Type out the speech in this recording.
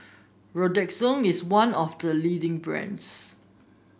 Redoxon is one of the leading brands